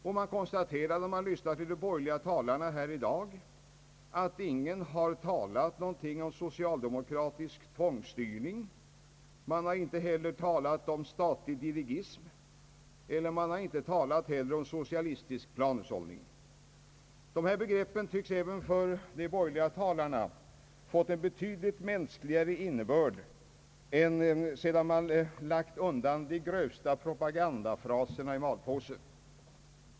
Och när man lyssnar till de borgerliga talarna i dag kan man konstatera att ingen av dem ordat om socialdemokratisk tvångsstyrning, statlig dirigism eller socialistisk planhushållning. Dessa begrepp tycks även för de borgerliga talarna ha fått en betydligt mänskligare innebörd sedan man lagt de grövsta propagandafraserna i malpåse.